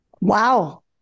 wow